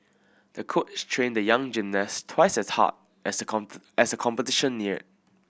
the coach trained the young gymnast twice as hard as the competition neared